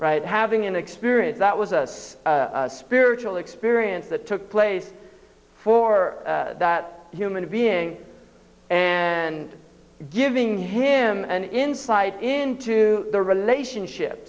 having an experience that was a spiritual experience that took place for that human being and giving him an insight into the relationship